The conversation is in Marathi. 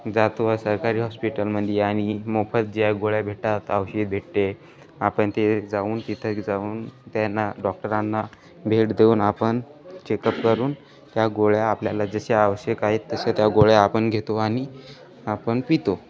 जातो व सरकारी हॉस्पिटलमध्ये आणि मोफत ज्या गोळ्या भेटत औषध भेटते आपण ते जाऊन तिथं जाऊन त्यांना डॉक्टरांना भेट देऊन आपण चेकअप करून त्या गोळ्या आपल्याला जसे आवश्यक आहेत तसं त्या गोळ्या आपण घेतो आणि आपण पितो